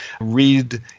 read